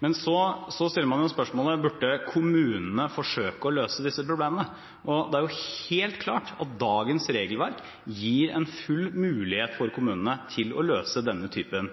Men så stiller man spørsmålet: Burde kommunene forsøke å løse disse problemene? Det er helt klart at dagens regelverk gir full mulighet for kommunene til å løse denne typen